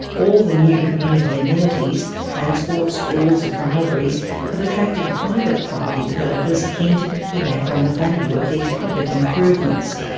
all the new community amenities transport, schools and libraries have attracted private property developers keen to piggyback on the value of these public improvements.